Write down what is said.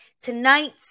Tonight